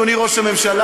אדוני ראש הממשלה,